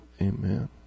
Amen